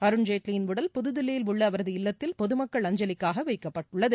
அருண்ஜேட்லியின் உடல் புதுதில்லியில் உள்ள அவரது இல்லத்தில் பொதுமக்கள் அஞ்சலிக்காக வைக்கப்பட்டுள்ளது